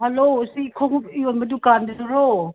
hello ꯁꯤ ꯈꯣꯡꯎꯞ ꯌꯣꯟꯕ ꯗꯨꯀꯥꯟꯒꯤꯗꯨꯔꯣ